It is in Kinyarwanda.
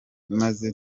maze